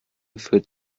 wird